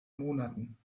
monaten